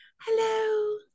Hello